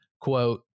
quote